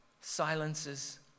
silences